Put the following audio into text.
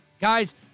Guys